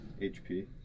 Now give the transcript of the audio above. HP